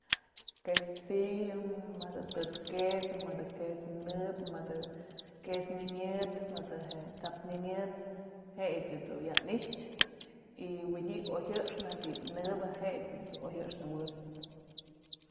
Quesillo, mëdë tëts queso, mëdë queso nëbë, mëdë queso ni'iy myëdë, mëdë je's sap's ni'iy myëdë jeyëch dun ya i'ixë y mëdye oy jëxnë je'e bi'i nëbë jedun oy jëxnë jëwëbyë.